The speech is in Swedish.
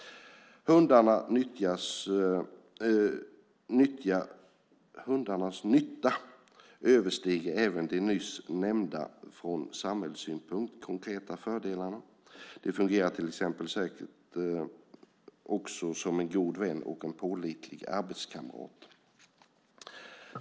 Hundarnas nytta överstiger även de nyss nämnda, från samhällssynpunkt, konkreta fördelarna. De fungerar till exempel säkert också som en god vän och en pålitlig arbetskamrat.